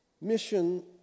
Mission